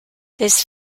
this